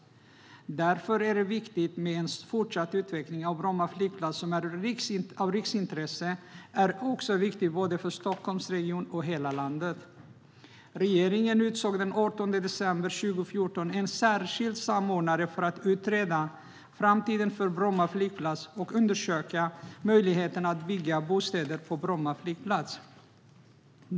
Därför är det viktigt med en fortsatt utveckling av Bromma flygplats. Den är av riksintresse och viktig för både Stockholmsregionen och hela landet. Regeringen utsåg den 18 december 2014 en särskild samordnare för att utreda framtiden för Bromma flygplats och undersöka möjligheten att bygga bostäder på Bromma flygplats.